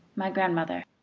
my grandmother.